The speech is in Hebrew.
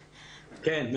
כן.